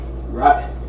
right